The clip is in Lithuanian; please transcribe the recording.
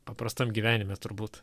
paprastam gyvenime turbūt